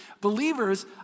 believers